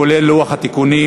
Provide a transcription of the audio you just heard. כולל לוח התיקונים,